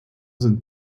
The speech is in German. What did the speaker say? sind